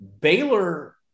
Baylor